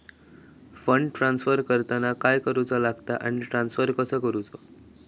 Fund transfer करताना काय करुचा लगता आनी ट्रान्स्फर कसो करूचो?